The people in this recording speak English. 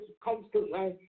constantly